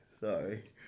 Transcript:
Sorry